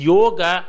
Yoga